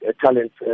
talents